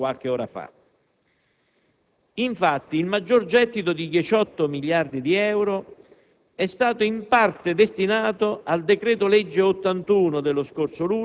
quanta parte del maggior gettito tributario era di natura permanente e quanto dovuto all'andamento ciclico dell'economia, quindi a carattere temporaneo: